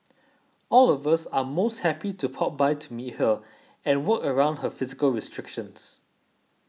all of us are most happy to pop by to meet her and work around her physical restrictions